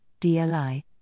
DLI